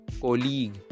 colleague